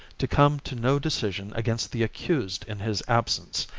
to come to no decision against the accused in his absence,